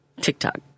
TikTok